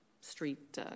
street